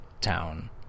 town